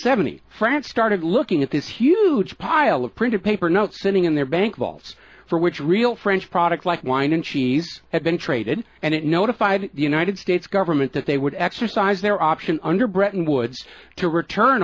seventy france started looking at this huge pile of printed paper notes sitting in their bank vaults for which real french products like wine and cheese had been traded and it notified the united states government that they would exercise their option under bretton woods to return